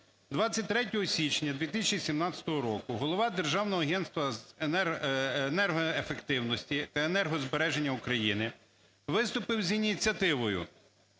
січня 2017 року голова Державного агентства з енергоефективності, енергозбереження України виступив з ініціативою